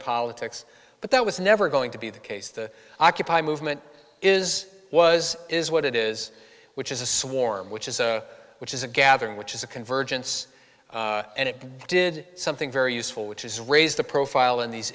politics but that was never going to be the case the occupy movement is was is what it is which is a swarm which is which is a gathering which is a convergence and it did something very useful which is raise the profile of these